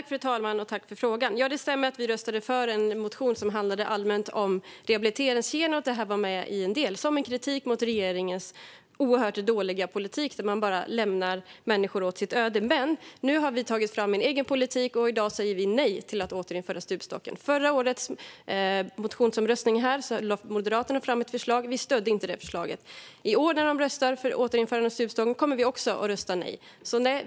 Fru talman! Tack för frågan! Ja, det stämmer att vi röstade för en motion som handlade allmänt om rehabiliteringskedjan - där var detta med som en del - som en kritik mot regeringens oerhört dåliga politik där man bara lämnar människor åt sitt öde. Men nu har vi tagit fram en egen politik och säger i dag nej till att återinföra stupstocken. Vid förra årets motionsomröstning här lade Moderaterna fram ett förslag. Vi stödde inte förslaget. När vi i år ska rösta om återinförande av stupstocken kommer vi också att rösta nej.